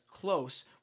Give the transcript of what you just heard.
close